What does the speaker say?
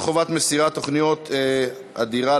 כשירות מינוי קאדים ובחירתם)